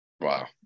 Wow